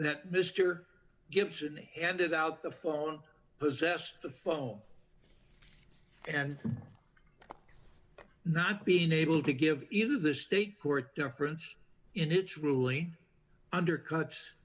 that mr gibson handed out the phone possessed the phone and not being able to give in to the state court difference in its ruling undercuts